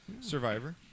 Survivor